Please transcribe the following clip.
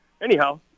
anyhow